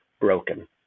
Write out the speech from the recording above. broken